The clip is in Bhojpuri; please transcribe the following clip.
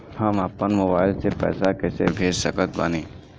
हम अपना मोबाइल से पैसा कैसे भेज सकत बानी?